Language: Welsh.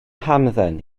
hamdden